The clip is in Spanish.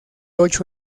ocho